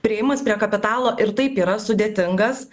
priėjimas prie kapitalo ir taip yra sudėtingas